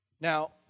Now